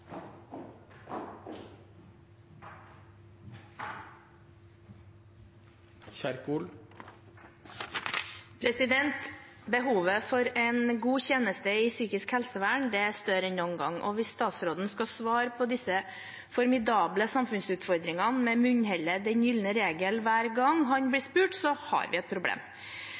større enn noen gang. Hvis statsråden skal svare på disse formidable samfunnsutfordringene med munnhellet «den gylne regel» hver gang han blir spurt, har vi et problem.